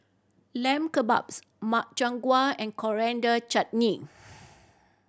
Lamb Kebabs Makchang Gui and Coriander Chutney